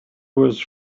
was